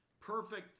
perfect